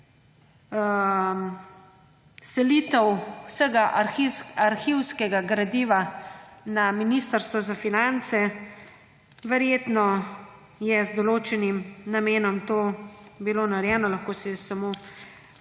namreč selitev vsega arhivskega gradiva na Ministrstvo za finance, verjetno je z določenim namenom to bilo narejeno, lahko si samo